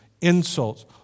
insults